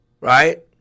Right